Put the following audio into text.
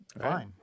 fine